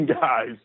guys